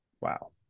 Wow